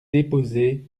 déposer